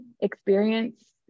experience